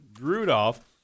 Rudolph